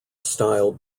style